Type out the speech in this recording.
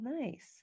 Nice